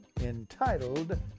entitled